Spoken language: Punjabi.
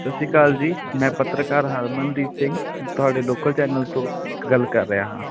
ਸਤਿ ਸ਼੍ਰੀ ਅਕਾਲ ਜੀ ਮੈਂ ਪੱਤਰਕਾਰ ਹਰਮਨਦੀਪ ਸਿੰਘ ਤੁਹਾਡੇ ਲੋਕਲ ਚੈਨਲ ਤੋਂ ਗੱਲ ਕਰ ਰਿਹਾ ਹਾਂ